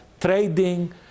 trading